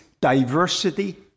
diversity